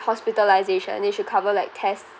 hospitalisation they should cover like test